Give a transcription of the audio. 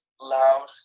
loud